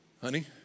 honey